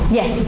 Yes